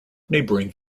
neighbouring